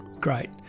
Great